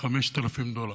5,000 דולר.